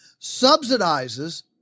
subsidizes